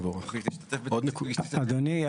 אדוני,